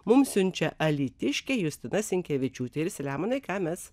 mums siunčia alytiškė justina sinkevičiūtė ir selemonai ką mes